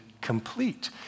complete